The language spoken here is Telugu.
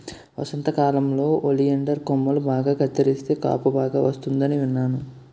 వసంతకాలంలో ఒలియండర్ కొమ్మలు బాగా కత్తిరిస్తే కాపు బాగా వస్తుందని విన్నాను